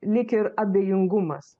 lyg ir abejingumas